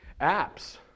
apps